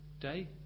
day